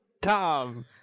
tom